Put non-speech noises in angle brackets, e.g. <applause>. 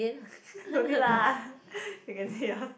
<laughs> no need lah you can say yours